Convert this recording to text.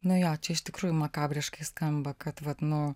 nu jo čia iš tikrųjų makabriškai skamba kad vat nu